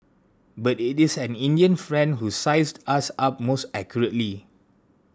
but it is an Indian friend who sized us up most accurately